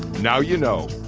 now you know.